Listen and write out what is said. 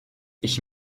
ich